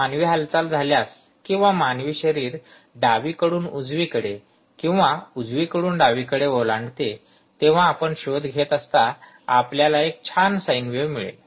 मानवी हालचाल झाल्यास किंवा मानवी शरीर डावीकडून उजवीकडे किंवा उजवीकडून डावीकडे ओलांडते तेव्हा आपण शोध घेत असता आपल्याला एक छान साइन वेव्ह मिळेल